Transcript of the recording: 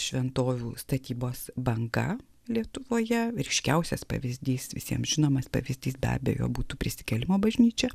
šventovių statybos banga lietuvoje ryškiausias pavyzdys visiems žinomas pavyzdys be abejo būtų prisikėlimo bažnyčia